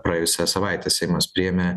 praėjusią savaitę seimas priėmė